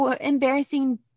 embarrassing